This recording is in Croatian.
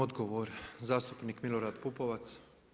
Odgovor zastupnik Milorad Pupovac.